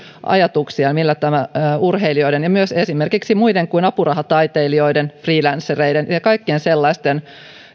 ajatuksiaan millä urheilijoiden ja muiden kuin apurahataiteilijoiden esimerkiksi freelancereiden ja kaikkien sellaisten